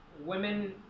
Women